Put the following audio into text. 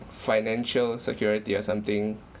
financial security or something